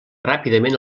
ràpidament